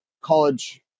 college